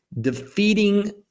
defeating